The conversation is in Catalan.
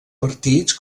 partits